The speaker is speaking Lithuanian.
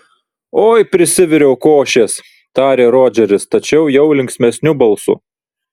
oi prisiviriau košės tarė rodžeris tačiau jau linksmesniu balsu